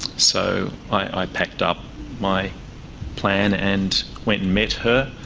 so i packed up my plan and went and met her.